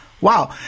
Wow